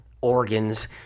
organs